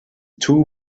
two